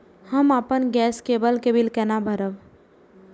हम अपन गैस केवल के बिल केना भरब?